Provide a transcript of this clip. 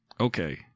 Okay